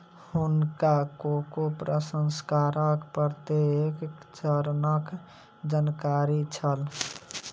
हुनका कोको प्रसंस्करणक प्रत्येक चरणक जानकारी छल